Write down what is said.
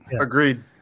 agreed